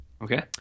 Okay